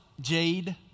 Jade